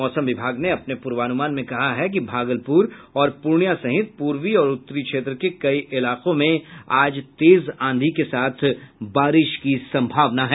मौसम विभाग ने अपने पूर्वानुमान में कहा है कि भागलपुर और पूर्णियां सहित पूर्वी और उत्तरी क्षेत्र के कई इलाकों में आज तेज आंधी के साथ बारिश की संभावना है